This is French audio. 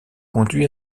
conduit